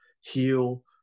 heal